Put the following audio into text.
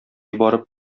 барып